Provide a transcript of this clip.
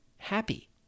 Happy